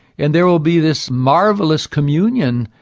and there will be this marvelous communion,